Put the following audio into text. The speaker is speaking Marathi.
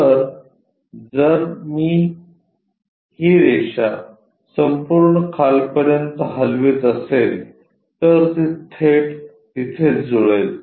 तर जर मी ही रेषा संपूर्ण खालपर्यंत हलवित असेल तर ती थेट तिथे जुळेल